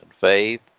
faith